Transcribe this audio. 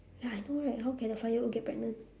ya I know right how can a five year old get pregnant